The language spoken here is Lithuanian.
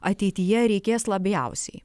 ateityje reikės labiausiai